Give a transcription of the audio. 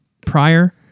prior